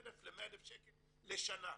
50,000 ל-100,000 שקל לשנה.